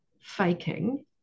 faking